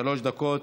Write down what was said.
שלוש דקות.